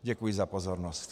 Děkuji za pozornost.